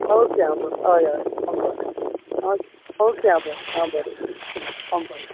okay आं ब् हय हय आं बरें ओके ओके आं बरें आं बरें आं बरें